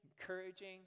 encouraging